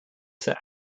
sir